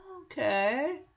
Okay